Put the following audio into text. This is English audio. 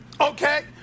Okay